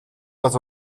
was